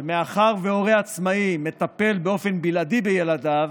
ומאחר שהורה עצמאי מטפל באופן בלעדי בילדיו,